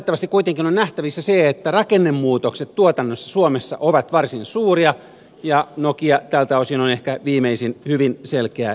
valitettavasti kuitenkin on nähtävissä se että rakennemuutokset tuotannossa suomessa ovat varsin suuria ja nokia tältä osin on ehkä viimeisin hyvin selkeä esimerkki